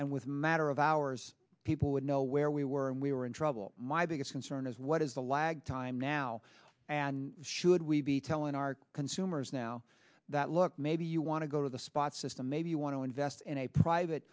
and with matter of hours people would know where we were and we were in trouble my biggest concern is what is the lag time now and should we be telling our consumers now that look maybe you want to go to the spot system maybe you want to invest in a private